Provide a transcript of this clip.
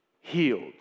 healed